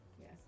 Yes